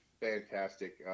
fantastic